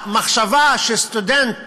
המחשבה שסטודנט